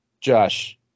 Josh